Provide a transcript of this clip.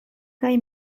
kaj